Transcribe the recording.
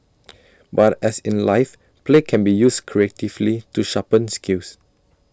but as in life play can be used creatively to sharpen skills